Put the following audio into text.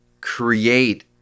create